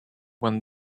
when